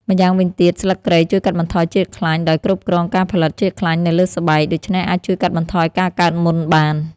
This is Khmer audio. ម្យ៉ាងវិញទៀត ស្លឹកគ្រៃជួយកាត់បន្ថយជាតិខ្លាញ់ ដោយគ្រប់គ្រងការផលិតជាតិខ្លាញ់នៅលើស្បែក ដូច្នេះអាចជួយកាត់បន្ថយការកើតមុនបាន។